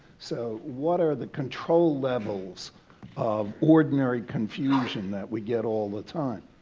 so, what are the control levels of ordinary confusion that we get all the time?